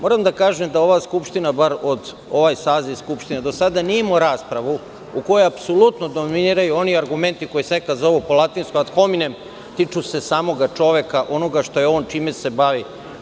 Moram da kažem da ova Skupština bar ovaj saziv Skupštine nije imao raspravu u kojoj apsolutno dominiraju oni argumenti koji se nekad zovu po latinskom ad hominem, tiču se samoga čoveka, onoga što je on, čime se bavi.